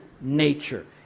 nature